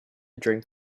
drink